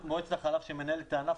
מועצת החלב שמנהלת את הענף,